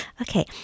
Okay